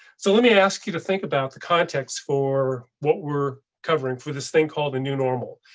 so let me ask you to think about the context for what we're covering for this thing called the new normal,